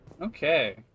Okay